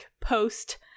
post